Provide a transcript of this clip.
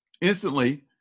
instantly